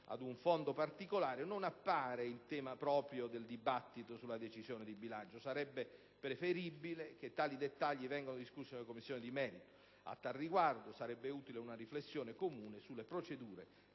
ad un fondo particolare, non appare il tema proprio del dibattito sulla decisione di bilancio. Sarebbe preferibile che tali dettagli venissero discussi nelle Commissioni di merito. A tal riguardo, sarebbe utile una riflessione comune sulle procedure